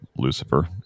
lucifer